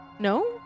No